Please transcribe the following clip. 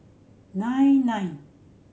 nine nine